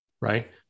Right